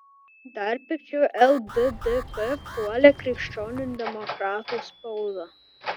dar pikčiau lddp puolė krikščionių demokratų spauda